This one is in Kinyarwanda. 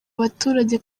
baturage